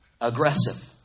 aggressive